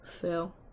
Phil